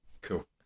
Cool